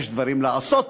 יש דברים לעשות.